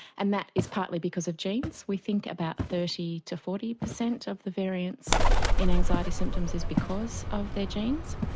and that is partly because of genes. we think about thirty percent to forty percent of the variance in anxiety symptoms is because of their genes.